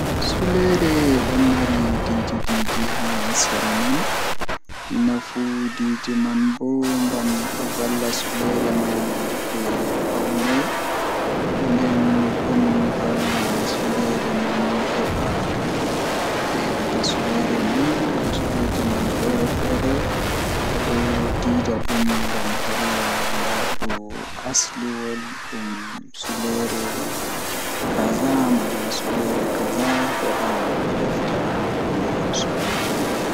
Njaram jei mi burdaa yiduki kanjum woni koka kola don balwi ni haa nder fandu manmi andaa nobe wadirta dum kam amma kanjum mi burdaa yiduki nden bo don wela m masin.